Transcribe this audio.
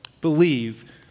believe